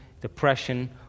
depression